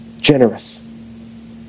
generous